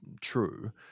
true